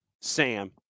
Sam